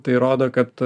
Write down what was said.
tai rodo kad